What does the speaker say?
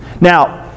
Now